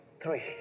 Three